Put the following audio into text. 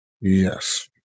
Yes